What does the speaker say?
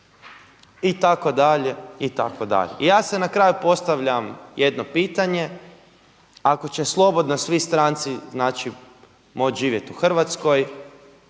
granica itd. itd. I ja si na kraju postavljam jedno pitanje ako će slobodno svi stranci znači moći živjeti u Hrvatskoj,